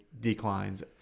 declines